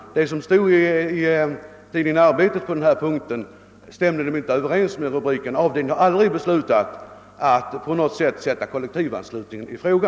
Det som stod i tidningen Arbetet på denna punkt stämde nämligen inte överens med rubriken. Den avdelning det gäller har aldrig på något sätt satt kollektivanslutningen i fråga.